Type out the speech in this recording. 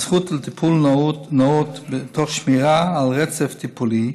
הזכות לטיפול נאות תוך שמירה על רצף טיפולי,